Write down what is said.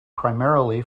primarily